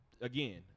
again